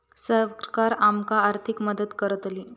सरकार आमका आर्थिक मदत करतली?